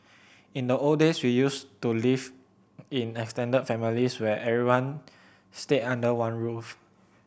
in the old days we used to live in extended families where everyone stayed under one roof